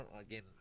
Again